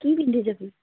কি পিন্ধি যাবি